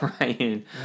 Ryan